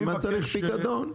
למה צריך פיקדון.